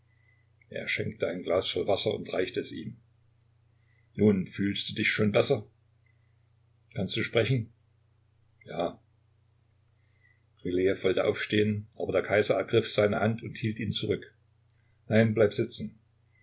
er schenkte ein glas voll wasser und reichte es ihm nun fühlst du dich schon besser kannst du sprechen ja rylejew wollte aufstehen aber der kaiser ergriff seine hand und hielt ihn zurück nein bleib sitzen